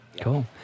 Cool